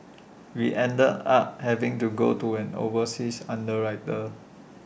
we end the up having to go to an overseas underwriter